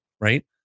Right